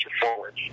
forward